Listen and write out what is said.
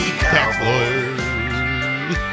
cowboys